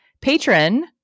Patron